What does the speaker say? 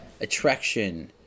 attraction